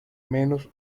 menos